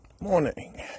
Morning